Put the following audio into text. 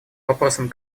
вопросам